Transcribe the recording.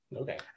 Okay